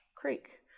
creek